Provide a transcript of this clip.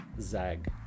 Zag